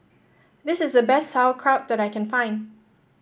this is the best Sauerkraut that I can find